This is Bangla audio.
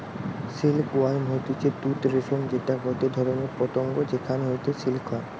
সিল্ক ওয়ার্ম হতিছে তুত রেশম যেটা গটে ধরণের পতঙ্গ যেখান হইতে সিল্ক হয়